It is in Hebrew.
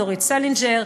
דורית סלינגר,